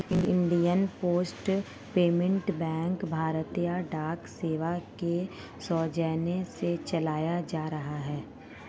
Indian post payment bank भारतीय डाक सेवा के सौजन्य से चलाया जा रहा है